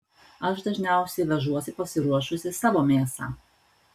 aš dažniausiai vežuosi pasiruošusi savo mėsą